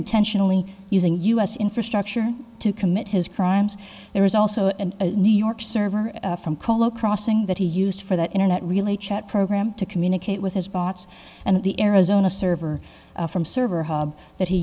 intentionally using u s infrastructure to commit his crimes there is also in new york server from colo crossing that he used for that internet relay chat program to communicate with his bots and the arizona server from server hub that he